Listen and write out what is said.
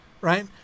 Right